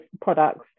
products